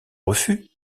refus